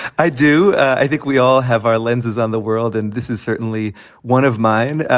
i do. i think we all have our lenses on the world and this is certainly one of mine.